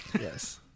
yes